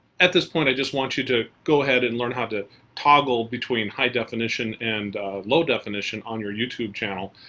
at this point i just want you to go ahead and learn how to toggle between high definition and low definition on your youtube channel.